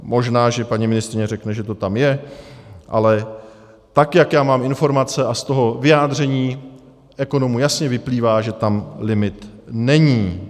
Možná, že paní ministryně řekne, že to tam je, ale tak jak já mám informace a z toho vyjádření ekonomů jasně vyplývá, že tam limit není.